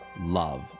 love